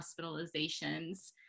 hospitalizations